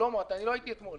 שלמה, אני לא הייתי אתמול.